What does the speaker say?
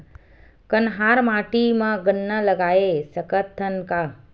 कन्हार माटी म गन्ना लगय सकथ न का?